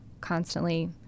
constantly